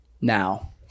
now